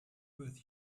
with